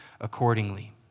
accordingly